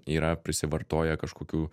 yra prisivartoję kažkokių